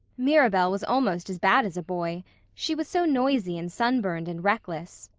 mirabel was almost as bad as a boy she was so noisy and sunburned and reckless.